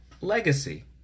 legacy